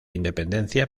independencia